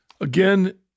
Again